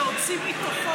שהוציא מתוכו,